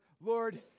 Lord